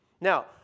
Now